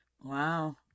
Wow